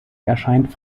erscheint